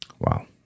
Wow